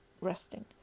resting